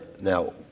Now